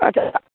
अच्छा